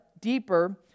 deeper